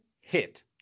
hit